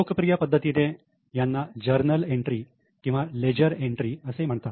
लोकप्रिय पद्धतीने यांना जर्नल एंट्री किंवा लेजर एंट्री असे म्हणतात